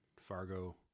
Fargo